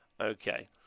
Okay